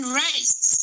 race